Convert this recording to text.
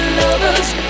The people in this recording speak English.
lovers